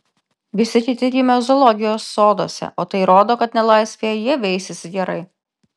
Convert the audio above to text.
visi kiti gimę zoologijos soduose o tai rodo kad nelaisvėje jie veisiasi gerai